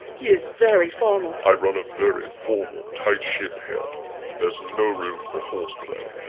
he is very formal. i run a very formal tight ship here there's no room for horseplay.